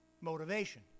motivation